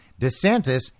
DeSantis